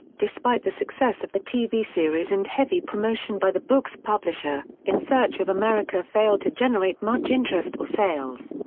despite the success of the tv series and heavy promotion by the book's publisher, in search of america failed to generate much interest or sales.